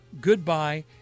goodbye